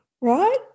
Right